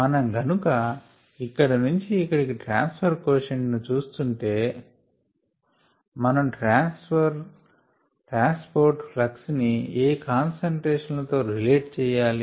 మనం గనుక ఇక్కడి నుంచి ఇక్కడికి ట్రాన్స్ ఫర్ కోషంట్ ని చూస్తుంటే మనం ట్రాన్స్ పోర్ట్ ఫ్లక్స్ ని ఏ కాన్సంట్రేషన్ లతో రిలేట్ చెయ్యాలి